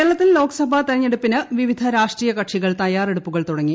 ലോക്സഭ കേരളത്തിൽ ലോക്സഭാ തെരഞ്ഞെടുപ്പിന് വിവിധ രാഷ്ട്രീയ കക്ഷികൾ തയ്യാറെടുപ്പുകൾ തുടങ്ങി